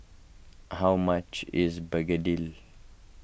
how much is Begedil